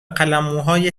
قلمموهای